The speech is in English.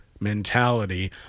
Mentality